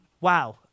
Wow